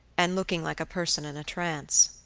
and looking like a person in a trance.